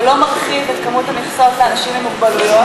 שלא מרחיב את כמות המכסות לאנשים עם מוגבלות.